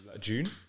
June